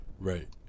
Right